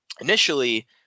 initially